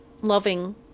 loving